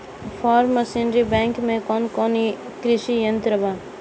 Form machinery bank में कौन कौन कृषि यंत्र बा?